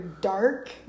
dark